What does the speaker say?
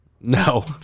No